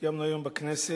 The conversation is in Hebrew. קיימנו היום בכנסת